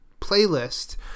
playlist